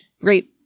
Great